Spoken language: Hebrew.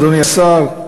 אדוני השר,